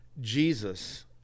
Jesus